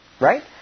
Right